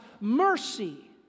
mercy